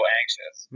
anxious